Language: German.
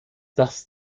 das